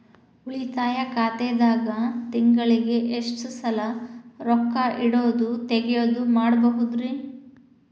ಉಳಿತಾಯ ಖಾತೆದಾಗ ತಿಂಗಳಿಗೆ ಎಷ್ಟ ಸಲ ರೊಕ್ಕ ಇಡೋದು, ತಗ್ಯೊದು ಮಾಡಬಹುದ್ರಿ?